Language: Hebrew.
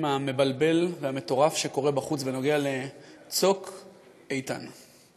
המבלבל והמטורף שקורה בחוץ בנוגע ל"צוק איתן".